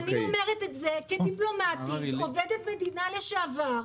ואני אומרת את זה כדיפלומטית, עובדת מדינה לשעבר,